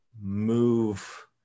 move